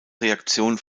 reaktion